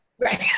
Right